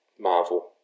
Marvel